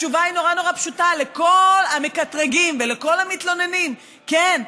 התשובה לכל המקטרגים ולכל המתלוננים היא נורא נורא פשוטה: כן,